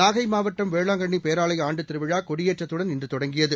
நாகை மாவட்டம் வேளாங்கண்ணி பேராவய ஆண்டு திருவிழா கொடியேற்றத்துடன் இன்று தொடங்கியது